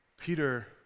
Peter